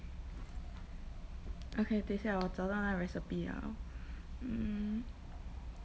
okay 等一下我找到那个 recipe 了 mmhmm